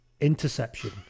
interception